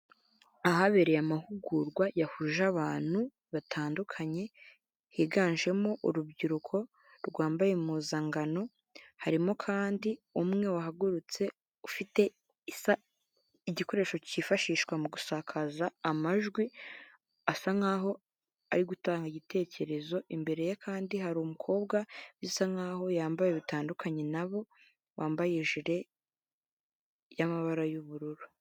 Ahabereye amahugurwa yahuje abantu batandukanye higanjemo urubyiruko rwambaye impuzankano harimo kandi umwe wahagurutse ufite igikoresho cyifashishwa mu gusakaza amajwi asa nkaho ari gutanga igitekerezo imbere ye kandi hari umukobwa bisa nkaho yambaye bitandukanye nabo wambaye ijire y'amabara y'ubururu.